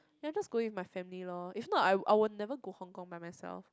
ya I'm just going with my family loh if not I will I will never go Hong Kong by myself